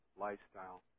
lifestyle